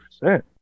percent